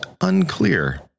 Unclear